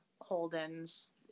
Holden's